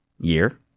year